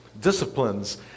disciplines